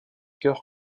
chœur